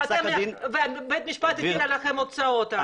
פסק הדין --- בית המשפט הטיל עליכם הוצאות.